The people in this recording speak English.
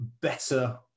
better